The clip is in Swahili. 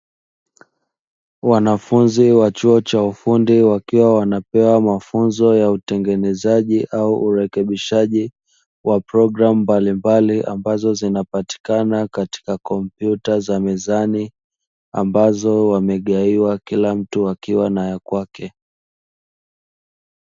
Wanafunzi wa chuo cha ufundi, wakiwa wanapewa mafunzo ya utengenezaji au urekebishaji wa programu mbalimbali ambazo zinapatikana katika kompyuta za mezani ambazo wamegaiwa kila mtu na ya kwake.